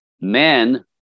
Men